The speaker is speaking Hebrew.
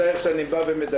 אני מצטער שאני בא ומדלג,